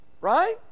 right